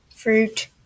Fruit